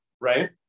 Right